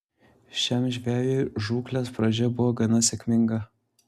šiam žvejui žūklės pradžia buvo gana sėkminga